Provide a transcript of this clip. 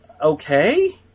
okay